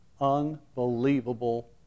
Unbelievable